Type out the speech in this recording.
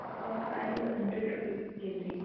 उसका price hundred rupee K ज़ी